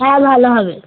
হ্যাঁ ভালো হবে